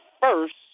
first